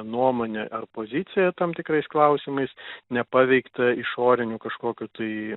nuomonę ar poziciją tam tikrais klausimais nepaveiktą išorinių kažkokių tai